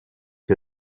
che